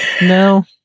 no